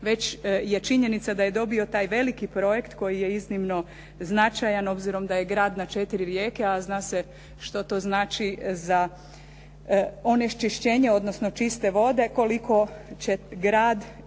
već je činjenica da je dobio taj veliki projekt koji je iznimno značajan obzirom da je grad na četiri rijeke, a zna se što to znači za onečišćenje, odnosno čiste vode, koliko će grad i županija